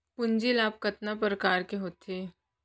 पूंजी लाभ कतना प्रकार के होथे?